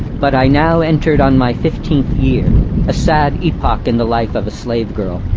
but i now entered on my fifteenth year-a sad epoch in the life of a slave girl.